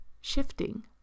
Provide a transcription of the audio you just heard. shifting